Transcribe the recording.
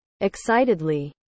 Excitedly